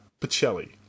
Pacelli